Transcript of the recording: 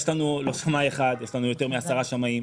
יש לנו לא שמאי אחד, יש לנו יותר מעשרה שמאים.